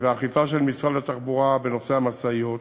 והאכיפה של משרד התחבורה בנושא המשאיות.